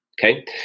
okay